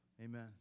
Amen